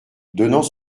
donnant